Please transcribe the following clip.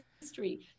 history